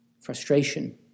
frustration